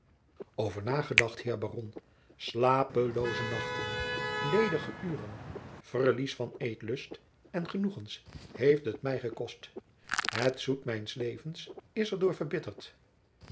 over nagedacht heer baron slapelooze nachten ledige uren verlies van eetlust en genoegens heeft het mij gekost het zoet mijns levens is er door verbitterd